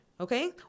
okay